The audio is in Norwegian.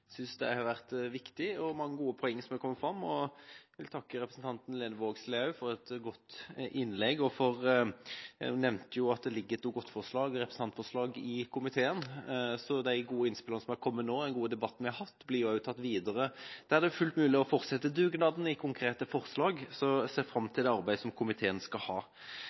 synes det har vært viktig, og mange gode poenger har kommet fram. Jeg vil takke representanten Lene Vågslid også for et godt innlegg. Det ble nevnt at det ligger et Dokument 8-forslag, representantforslag, i komiteen, så de gode innspillene som er kommet nå, og den gode debatten vi har hatt, blir også tatt videre. Da er det fullt mulig å fortsette dugnaden med konkrete forslag, så jeg ser fram til det arbeidet som komiteen skal ha.